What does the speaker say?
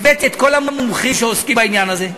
הבאתי את כל המומחים שעוסקים בעניין הזה,